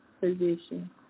position